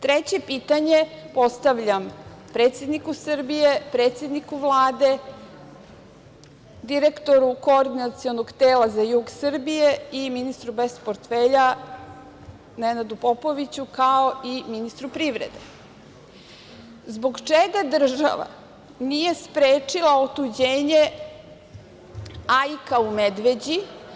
Treće pitanje postavljam predsedniku Srbije, predsedniku Vlade, direktoru koordinacionog tela za jug Srbije i ministru bez portfelja, Nenadu Popoviću, kao i ministru privrede, zbog čega država nije sprečila otuđenje AIK u Medveđi?